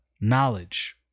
knowledge